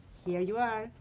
here you are.